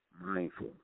mindful